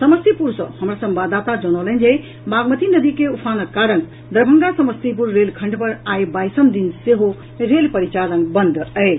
समस्तीपुर सँ हमर संवाददाता जनौलनि जे बागमती नदी के उफानक कारण दरभंगा समस्तीपुर रेल खंड पर आई बाईसम दिन सेहो रेल परिचालन बंद अछि